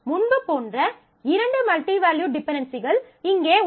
முன்பு போன்ற இரண்டு மல்டி வேல்யூட் டிபென்டென்சிகள் இங்கே உள்ளன